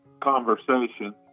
conversation